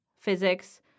physics